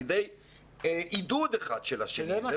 על ידי עידוד אחד של השני.